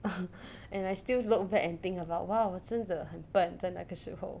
and I still look back and think about !wow! 我真的很笨在那个时候